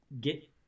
get